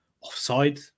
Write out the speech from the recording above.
offside